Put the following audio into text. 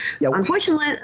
Unfortunately